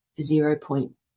zero-point